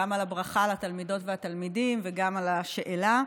גם על הברכה לתלמידות והתלמידים וגם על השאלה.